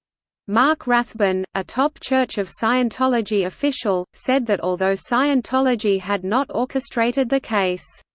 mark rathbun, a top church of scientology official, said that although scientology had not orchestrated the case,